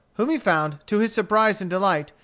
whom he found, to his surprise and delight,